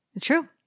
True